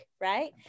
right